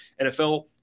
NFL